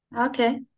Okay